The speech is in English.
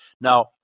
now